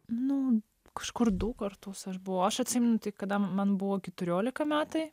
nu kažkur du kartus aš buvau aš atsimenu tai kada man buvo keturiolika metai